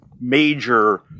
major